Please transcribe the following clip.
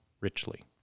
richly